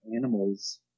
animals